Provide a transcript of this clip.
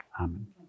Amen